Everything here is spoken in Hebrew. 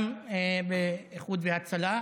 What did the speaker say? גם לאיחוד הצלה.